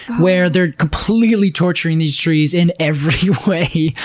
where they're completely torturing these trees in every way.